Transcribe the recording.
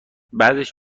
بعدش